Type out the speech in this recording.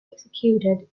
executed